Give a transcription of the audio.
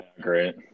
great